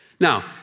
Now